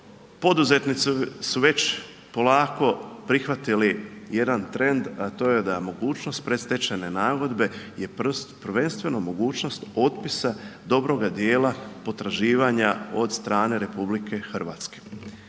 poduzetnicu su već polako prihvatili jedan trend, a to je da mogućnost predstečajne nagodbe je prvenstveno mogućnost otpisa dobroga dijela potraživanja od strane RH.